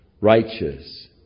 Righteous